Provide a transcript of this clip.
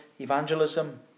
evangelism